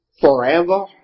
forever